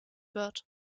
wird